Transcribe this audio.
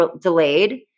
delayed